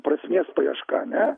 prasmės paieška ne